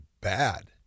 bad